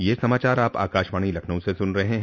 ब्रे क यह समाचार आप आकाशवाणी लखनऊ से सुन रहे हैं